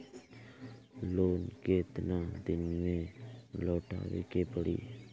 Loan केतना दिन में लौटावे के पड़ी?